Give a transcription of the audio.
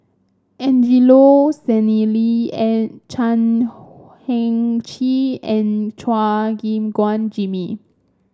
Angelo Sanelli and Chan Heng Chee and Chua Gim Guan Jimmy